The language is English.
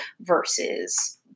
versus